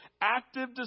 active